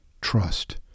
trust